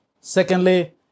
Secondly